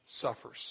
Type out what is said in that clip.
suffers